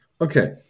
Okay